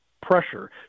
pressure